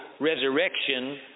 resurrection